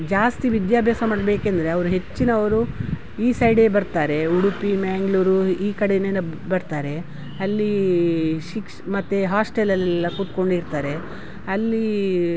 ಜಾಸ್ತಿ ವಿದ್ಯಾಭ್ಯಾಸ ಮಾಡಬೇಕೆಂದ್ರೆ ಅವ್ರು ಹೆಚ್ಚಿನವರು ಈ ಸೈಡೇ ಬರ್ತಾರೆ ಉಡುಪಿ ಮಂಗ್ಳೂರು ಈ ಕಡೆಯೇ ನಬ್ ಬರ್ತಾರೆ ಅಲ್ಲಿ ಶಿಕ್ಷಣ ಮತ್ತು ಹಾಸ್ಟೆಲಲ್ಲೆಲ್ಲ ಕುತ್ಕೊಂಡಿರ್ತಾರೆ ಅಲ್ಲಿ